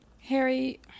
Harry